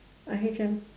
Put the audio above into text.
I_H_M